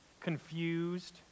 confused